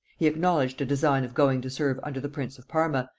he acknowledged a design of going to serve under the prince of parma,